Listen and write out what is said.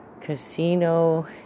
Casino